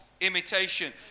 imitation